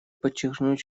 подчеркнуть